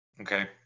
Okay